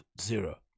Zero